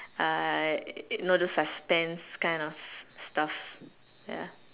uh no those suspend kind of stuff ya